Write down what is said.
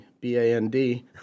B-A-N-D